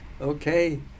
okay